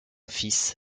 fils